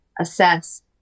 assess